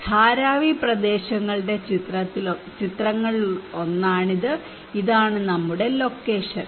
ധാരാവി പ്രദേശങ്ങളുടെ ചിത്രങ്ങളിലൊന്നാണിത് ഇതാണ് നമ്മുടെ ലൊക്കേഷൻ